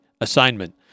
assignment